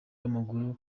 w’amaguru